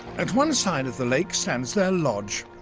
at one side of the lake, stands their lodge,